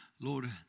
Lord